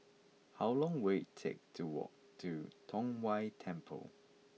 how long will it take to walk to Tong Whye Temple